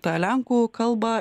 tą lenkų kalbą